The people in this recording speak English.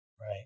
Right